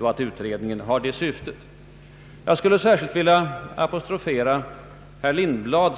Jag vill apostrofera herr Lindblad,